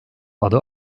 adı